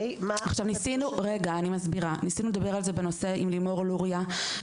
ניסינו לדבר על זה בנושא עם לימור לוריא,